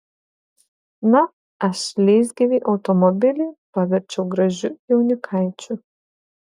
na aš leisgyvį automobilį paverčiau gražiu jaunikaičiu